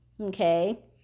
okay